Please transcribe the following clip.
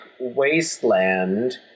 wasteland